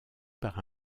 par